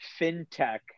FinTech